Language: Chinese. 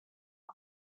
反射